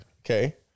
Okay